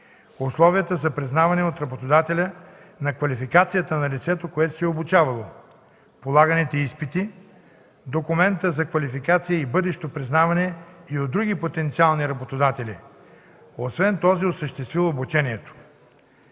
условията за признаване от работодателя на квалификацията на лицето, което се е обучавало; полаганите изпити; документът за квалификация и бъдещото признаване и от други потенциални работодатели, освен този, осъществил обучението;